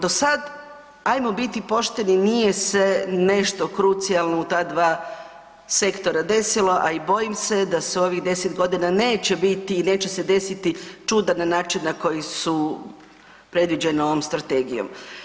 Do sad, ajmo biti pošteni, nije se nešto krucijalno u ta dva sektora desilo, a i bojim se da se u ovih 10 godina neće biti i neće se desiti čuda na način na koji su predviđeni ovom Strategijom.